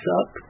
up